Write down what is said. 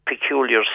peculiar